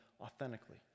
authentically